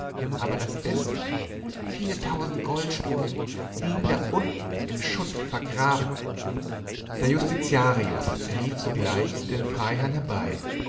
aber das beste viele tausend goldstücke liegen da unten im schutt vergraben der justitiarius rief sogleich den freiherrn herbei